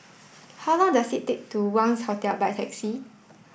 how long does it take to Wangz Hotel by taxi